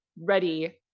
ready